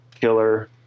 killer